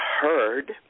heard